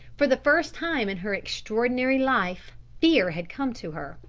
for the first time in her extraordinary life fear had come to her,